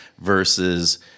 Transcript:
versus